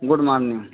good morning